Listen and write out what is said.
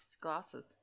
glasses